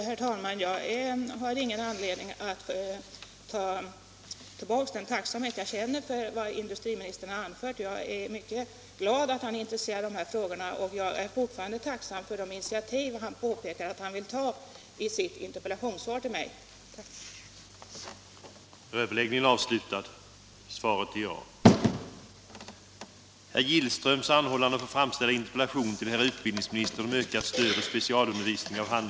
Herr talman! Jag har ingen anledning att efter vad industriministern nu anfört ta tillbaka den tacksamhet jag har givit uttryck för att jag känner. Jag är tvärtom mycket glad för att han är intresserad av de här frågorna, och jag är naturligtvis fortfarande tacksam för de initiativ Nr 114 han i sitt interpellationssvar till mig påpekat att han vill ta. Fredagen den